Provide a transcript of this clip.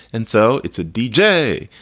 and so it's a deejay.